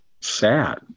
sad